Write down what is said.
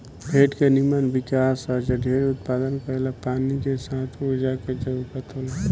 भेड़ के निमन विकास आ जढेर उत्पादन करेला पानी के साथ ऊर्जा के जरूरत होला